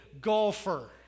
golfer